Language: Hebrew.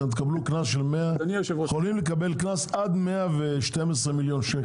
אתם יכולים לקבל קנס עד 112 מיליון שקלים.